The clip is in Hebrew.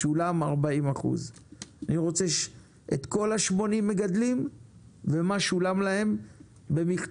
שולם 40%. אני רוצה את כל ה- 80 מגדלים ומה שולם להם במכתב,